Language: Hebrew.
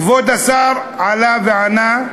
כבוד השר עלה וענה,